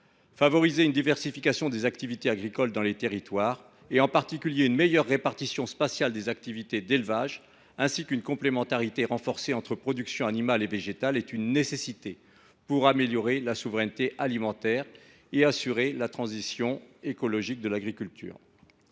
Favoriser une diversification des activités agricoles dans les territoires, en particulier une meilleure répartition spatiale des activités d’élevage, ainsi qu’une complémentarité renforcée entre productions animales et végétales, est une nécessité pour améliorer la souveraineté alimentaire et assurer la transition écologique de l’agriculture.